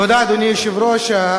תודה רבה.